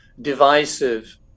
divisive